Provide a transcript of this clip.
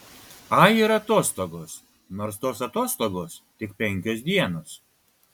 ai ir atostogos nors tos atostogos tik penkios dienos